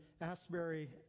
Asbury